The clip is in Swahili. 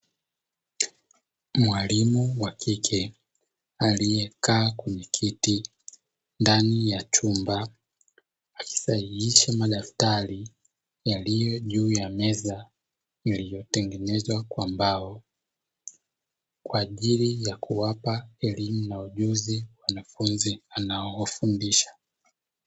Mwalimu wa kike aliyekaa kwenye kiti ndani ya chumba akisahihisha madaftari yaliyojuu ya meza iloyotengenezwa kwa mbao, kwa ajili ya kuwapa elimu na ujuzi wanafunzi anaowafundisha.